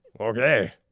Okay